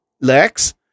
Lex